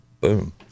boom